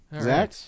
zach